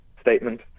statement